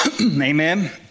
Amen